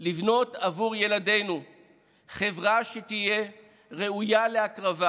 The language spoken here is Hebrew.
הוא לבנות עבור ילדינו חברה שתהיה ראויה להקרבה